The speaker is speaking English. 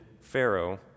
Pharaoh